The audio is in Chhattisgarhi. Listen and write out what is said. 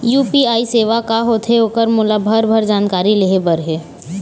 यू.पी.आई सेवा का होथे ओकर मोला भरभर जानकारी लेहे बर हे?